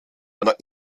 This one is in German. einer